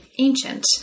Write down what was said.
Ancient